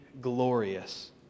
glorious